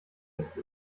ist